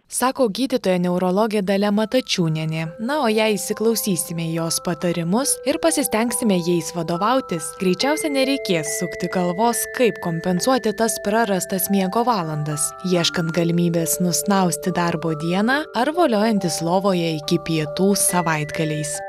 sako gydytoja neurologė dalia matačiūnienė na o jei įsiklausysime į jos patarimus ir pasistengsime jais vadovautis greičiausiai nereikės sukti galvos kaip kompensuoti tas prarastas miego valandas ieškant galimybės nusnausti darbo dieną ar voliojantis lovoje iki pietų savaitgaliais